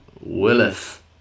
Willis